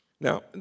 Now